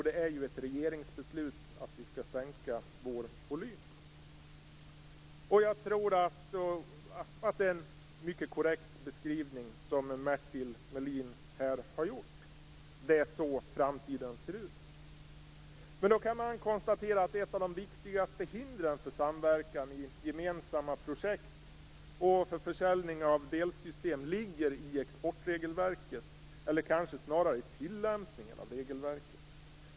Det är ju ett regeringsbeslut att vi skall sänka vår volym. Jag tror att det är en mycket korrekt beskrivning som Mertil Melin här har gjort. Det är så framtiden ser ut. Då kan man konstatera att ett av de viktigaste hindren för samverkan i gemensamma projekt och för försäljning av delsystem ligger i exportregelverket eller kanske snarare i tillämpningen av regelverket.